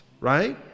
Right